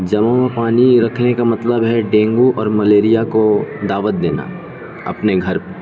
جمع ہوا پانی رکھنے کا مطلب ہے ڈینگو اور ملیریا کو دعوت دینا اپنے گھر